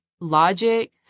logic